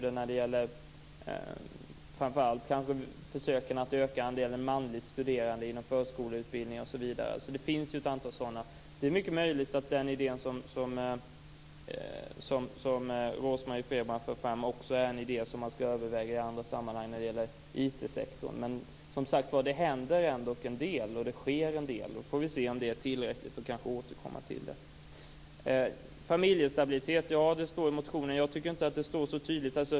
Det gäller kanske framför allt försöken att öka andelen manliga studerande inom förskoleutbildningar. Det finns ett antal sådana utbildningar. Det är mycket möjligt att den idé som Rose-Marie Frebran för fram också bör övervägas i andra sammanhang när det gäller IT-sektorn. Det händer ändock en del. Vi får se om det är tillräckligt eller om vi kanske skall återkomma till det. Rose-Marie Frebran sade att det står om familjestabiliteten i motionen. Jag tycker inte att det står så tydligt.